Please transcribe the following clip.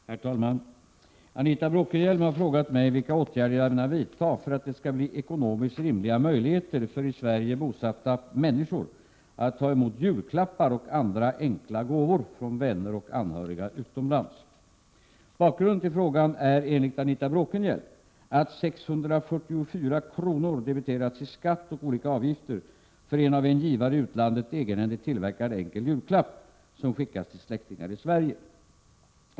Herr talman! Anita Bråkenhielm har frågat mig vilka åtgärder jag ämnar vidta för att det skall bli ekonomiskt rimliga möjligheter för i Sverige bosatta människor att ta emot julklappar och andra enkla gåvor från vänner och anhöriga utomlands. Bakgrunden till frågan är enligt Anita Bråkenhielm att 644 kr. debiterats i skatt och olika avgifter för en av en givare i utlandet egenhändigt tillverkad enkel julklapp som skickats till släktingar i Sverige.